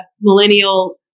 millennial